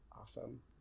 Awesome